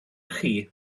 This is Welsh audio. chi